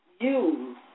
use